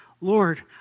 Lord